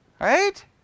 right